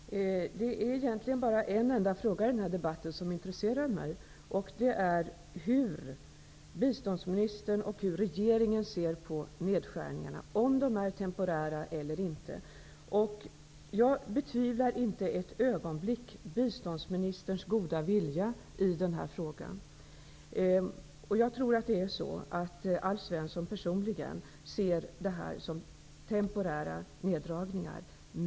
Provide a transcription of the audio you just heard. Herr talman! Det är egentligen bara en enda fråga i denna debatt som intresserar mig, nämligen hur biståndsmininstern och regeringen ser på dessa nedskärningar. Är de temporära eller inte? Jag betvivlar inte ett ögonblick biståndsministerns goda vilja i den här frågan. Jag tror att Alf Svensson personligen ser på detta som temporära neddragningar.